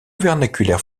vernaculaire